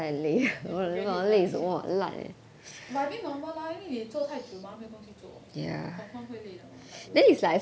你 forget it lah but I think normal lah 因为你做太久 mah 没有东西做 confirm 会累的 mah